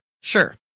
Sure